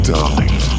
Darling